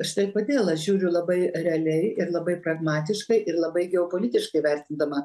štai kodėl aš žiūriu labai realiai ir labai pragmatiškai ir labai geopolitiškai vertindama